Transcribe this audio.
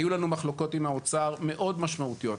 היו לנו מחלוקות עם האוצר מאוד משמעותיות.